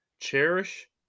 Cherish